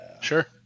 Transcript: sure